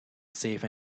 safe